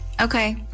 Okay